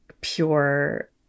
pure